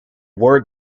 word